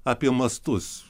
apie mastus